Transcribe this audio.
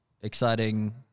exciting